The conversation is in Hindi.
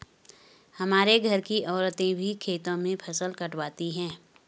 हमारे घर की औरतें भी खेतों में फसल कटवाती हैं